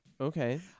Okay